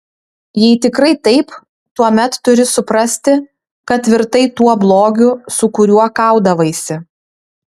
jei tikrai taip tuomet turi suprasti kad virtai tuo blogiu su kuriuo kaudavaisi